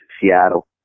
Seattle